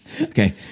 Okay